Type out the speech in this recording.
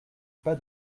pas